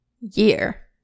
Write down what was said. year